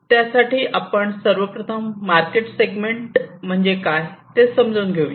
त्यासाठी आपण सर्वप्रथम मार्केट सेगमेंट म्हणजे काय ते समजून घेऊया